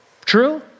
True